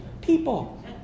people